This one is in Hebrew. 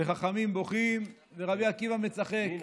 וחכמים בוכים ורבי עקיבא מצחק.